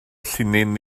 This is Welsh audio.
llinyn